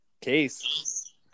case